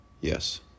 Yes